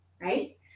right